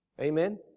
Amen